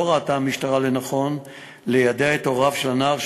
לא ראתה המשטרה לנכון ליידע את הוריו של הנער,